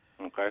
Okay